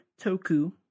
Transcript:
Toku